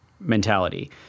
mentality